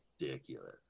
ridiculous